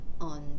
on